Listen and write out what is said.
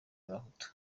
y’abahutu